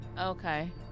Okay